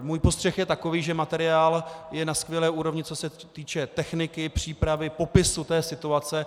Můj postřeh je takový, že materiál je na skvělé úrovni, co se týče techniky, přípravy, popisu té situace.